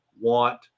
want